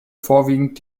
vorwiegend